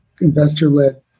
investor-led